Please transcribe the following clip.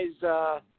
guys –